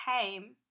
came